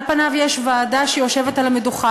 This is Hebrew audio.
על פניו יש ועדה שיושבת על המדוכה,